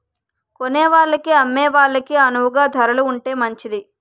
కొనేవాళ్ళకి అమ్మే వాళ్ళకి అణువుగా ధరలు ఉంటే మంచిది